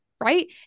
right